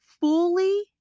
fully